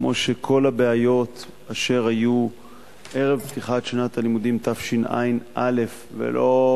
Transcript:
כמו שכל הבעיות אשר היו ערב פתיחת שנת הלימודים תשע"א נפתרו,